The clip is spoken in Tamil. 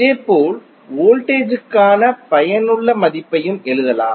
இதேபோல் வோல்டேஜ் கான பயனுள்ள மதிப்பையும் எழுதலாம்